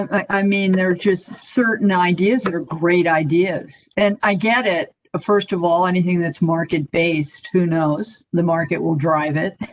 i mean, there are just certain ideas that are great ideas and i get it first of all anything that's market based. who knows the market will drive it.